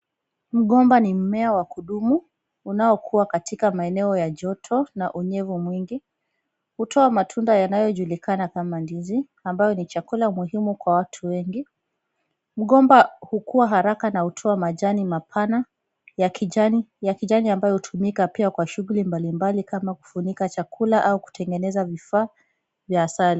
Mgomba ni mmea wa kudumu unaokuwa katika maeneo ya joto na unyevu mwingi. Hutoa matunda yanayojulikana kama ndizi ambayo ni chakula muhimu kwa watu wengi. Mgomba hukua haraka na hutoa majani mapana, ya kijani ambayo hutumika pia kwa shughuli mbali mbali kama kufunika chakula, au kutengeneza vifaa vya asali.